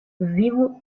vivu